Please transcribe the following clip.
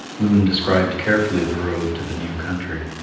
loon described carefully the road to the new country.